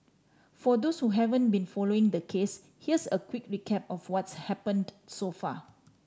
for those who haven't been following the case here's a quick recap of what's happened so far